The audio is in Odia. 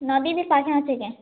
ନଦୀ କି ପାଖେ ଅଛି କେଁ